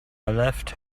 left